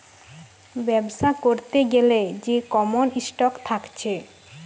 বেবসা করতে গ্যালে যে কমন স্টক থাকছে